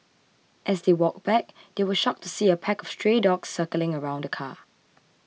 as they walked back they were shocked to see a pack of stray dogs circling around the car